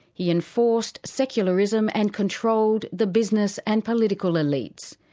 he enforced secularism and controlled the business and political elites.